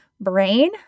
brain